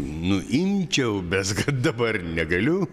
nu imčiau bet kad dabar negaliu